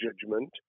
judgment